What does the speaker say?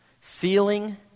Ceiling